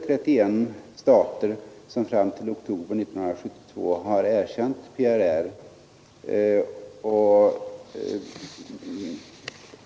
31 stater har fram till oktober 1972 erkänt PRR.